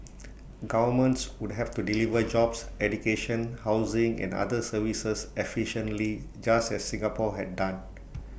governments would have to deliver jobs education housing and other services efficiently just as Singapore had done